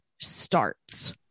starts